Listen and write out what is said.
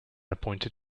appointed